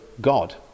god